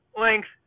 length